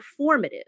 performative